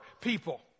people